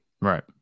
Right